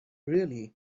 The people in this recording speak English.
really